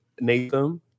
Nathan